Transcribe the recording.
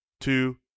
two